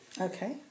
Okay